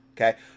Okay